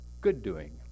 good-doing